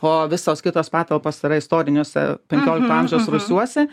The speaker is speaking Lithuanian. o visos kitos patalpos yra istoriniuose penkiolikto amžiaus rūsiuose